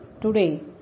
Today